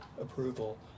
approval